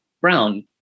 brown